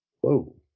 Whoa